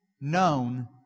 known